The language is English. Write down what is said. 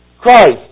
Christ